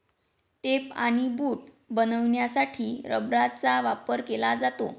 tape आणि boot बनवण्यासाठी रबराचा वापर केला जातो